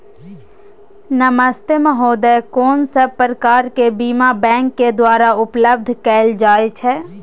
नमस्ते महोदय, कोन सब प्रकार के बीमा बैंक के द्वारा उपलब्ध कैल जाए छै?